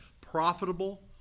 Profitable